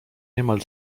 niemal